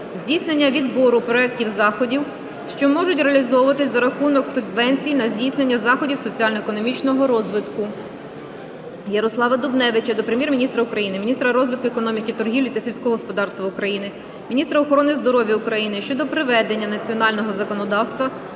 здійснення відбору проектів (заходів), що можуть реалізовуватись за рахунок субвенції на здійснення заходів соціально-економічного розвитку. Ярослава Дубневича до Прем'єр-міністра України, міністра розвитку економіки, торгівлі та сільського господарства України, міністра охорони здоров'я України щодо приведення національного законодавства